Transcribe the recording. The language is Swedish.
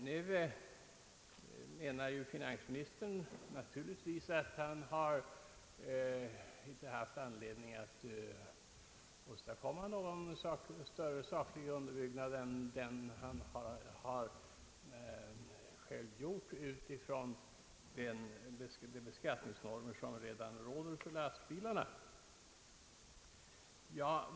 Nu menar finansministern naturligtvis att han inte haft anledning att åstadkomma någon större saklig underbyggnad än den han själv har gjort utifrån de beskattningsnormer som redan gäller för lastbilarna.